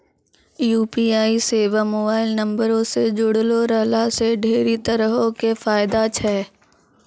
UPI सेबा mobile नंबरो से जुड़लो रहला से ढेरी तरहो के फायदा छै